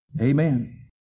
Amen